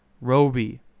Roby